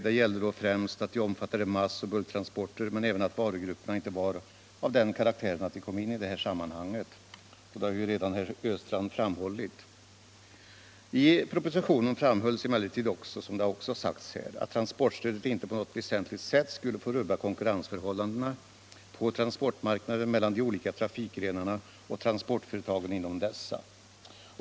Det gällde då främst att de omfattade massoch bulktransporter men även att varugrupperna inte var av den karaktären att de kom in i detta sammanhang. Det har herr Östrand redan framhållit. I propositionen framhölls emellertid också att transportstödet inte på något väsentligt sätt skulle få rubba konkurrensförhållandena på transportmarknaden mellan de olika trafikgrenarna och transportföretagen inom dessa.